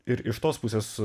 ir iš tos pusės